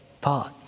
parts